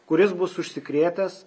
kuris bus užsikrėtęs